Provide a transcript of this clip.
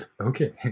okay